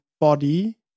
body